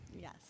Yes